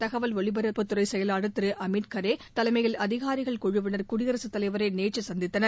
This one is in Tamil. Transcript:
தகவல் ஒலிபரப்புத்துறை செயலாளர் திரு அமித் கார் தலைமையில் அதிகாரிகள் குழுவினர் குடியரகத் தலைவரை நேற்று சந்தித்தனர்